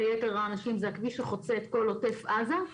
ליתר האנשי זה הכביש שחוצה את כל עוטף עזה.